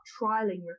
trialing